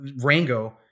Rango